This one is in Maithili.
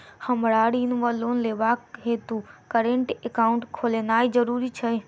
हमरा ऋण वा लोन लेबाक हेतु करेन्ट एकाउंट खोलेनैय जरूरी छै?